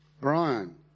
Brian